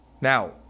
Now